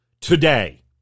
Today